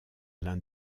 l’un